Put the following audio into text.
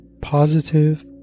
positive